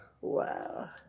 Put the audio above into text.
Wow